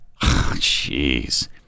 Jeez